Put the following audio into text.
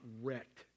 wrecked